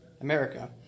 America